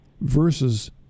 versus